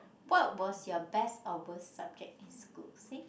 what was your best or worst subject in school say